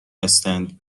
هستند